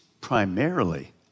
primarily